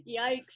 yikes